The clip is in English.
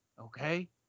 okay